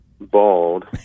bald